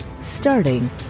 starting